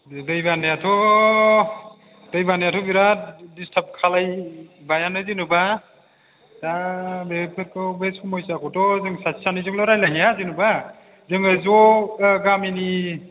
दै बानायाथ' दै बानायाथ' बिराद डिस्टार्ब खालामबायानो जेनेबा दा बेफोरखौ बे समयसाखौथ' जों सासे सानैजों रायज्लायनो हाया जेनेबा जोङो ज' गामिनि